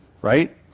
Right